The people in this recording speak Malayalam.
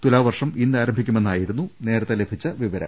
തുലാവർഷം ഇന്നാരംഭിക്കും എന്നായിരുന്നു നേരത്തെ ലഭിച്ച വിവരം